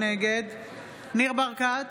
נגד ניר ברקת,